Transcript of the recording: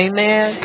Amen